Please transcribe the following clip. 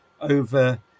over